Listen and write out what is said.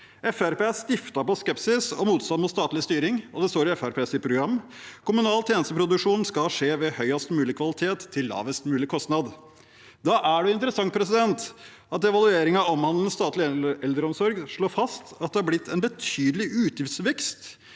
er stiftet på skepsis og motstand mot statlig styring. I Fremskrittspartiets program står det: «Kommunal tjenesteproduksjon skal skje med høyest mulig kvalitet til lavest mulig kostnad.» Da er det interessant at evalueringen som omhandler statlig eldreomsorg, slår fast at det er blitt en betydelig utgiftsvekst